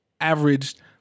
averaged